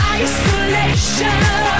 isolation